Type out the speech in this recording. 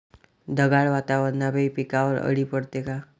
ढगाळ वातावरनापाई पिकावर अळी पडते का?